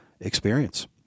experience